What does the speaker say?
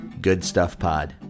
goodstuffpod